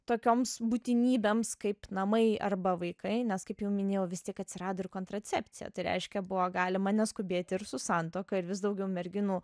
tokioms būtinybėms kaip namai arba vaikai nes kaip jau minėjau vis tik atsirado ir kontracepcija tai reiškia buvo galima neskubėti ir su santuoka ir vis daugiau merginų